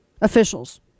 officials